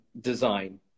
Design